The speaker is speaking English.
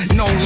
no